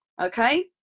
okay